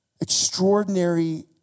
extraordinary